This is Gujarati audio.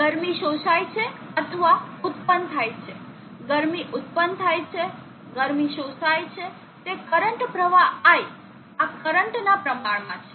ગરમી શોષાય છે અથવા ઉત્પન્ન થાય છે ગરમી ઉત્પન્ન થાય છે ગરમી શોષાય છે તે કરંટ પ્રવાહ I આ કરંટના પ્રમાણમાં છે